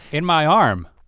in my arm.